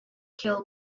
kill